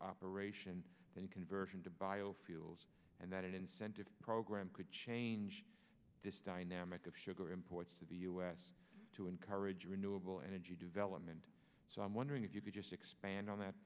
operation than conversion to biofuels and that incentive program change this dynamic of sugar imports to the us to encourage renewable energy development so i'm wondering if you could just expand on that